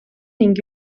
ning